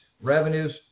revenues